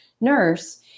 nurse